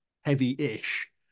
heavy-ish